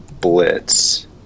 Blitz